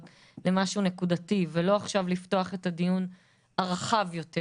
למשהו נקודתי ולא עכשיו לפתוח את הדיון הרחב יותר,